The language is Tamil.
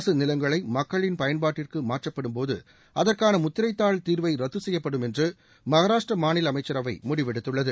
அரசு நிலங்களை மக்களின் பயன்பாட்டிற்கு மாற்றப்படும் போது அதற்கான முத்திரை தாள் திவை ரத்து செய்யப்படும் என்று மகாராஷ்டிரா மாநில அமைச்சரவை முடிவெடுத்துள்ளது